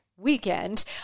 weekend